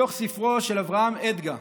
מתוך ספרו של אברהם אדגה,